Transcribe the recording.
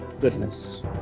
Goodness